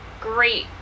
great